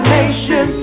nation